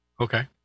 Okay